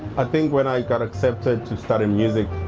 i think when i got accepted to study music